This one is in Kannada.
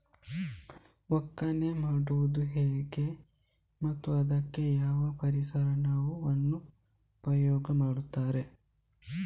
ಒಕ್ಕಣೆ ಮಾಡುವುದು ಹೇಗೆ ಮತ್ತು ಅದಕ್ಕೆ ಯಾವ ಪರಿಕರವನ್ನು ಉಪಯೋಗ ಮಾಡುತ್ತಾರೆ?